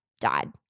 died